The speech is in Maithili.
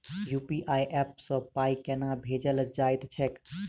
यु.पी.आई ऐप सँ पाई केना भेजल जाइत छैक?